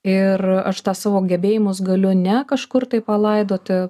ir aš tą savo gebėjimus ne kažkur tai palaidoti